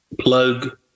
plug